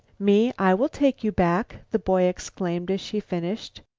me, i will take you back, the boy exclaimed as she finished.